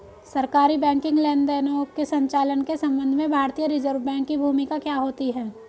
सरकारी बैंकिंग लेनदेनों के संचालन के संबंध में भारतीय रिज़र्व बैंक की भूमिका क्या होती है?